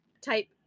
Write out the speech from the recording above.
type